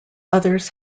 others